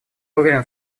уверен